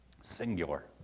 singular